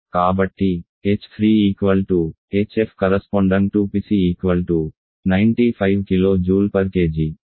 8 MPa అని తెలుసు కాబట్టి h3 hf|PC 95